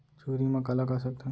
चुहरी म का लगा सकथन?